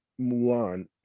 Mulan